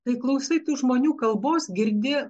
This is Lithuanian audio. kai klausai tų žmonių kalbos girdi